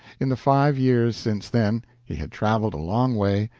in the five years since then he had traveled a long way,